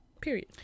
Period